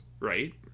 right